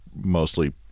mostly